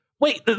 Wait